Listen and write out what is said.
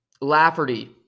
Lafferty